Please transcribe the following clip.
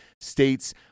states